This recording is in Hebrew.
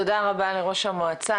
תודה רבה לראש המועצה,